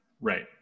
Right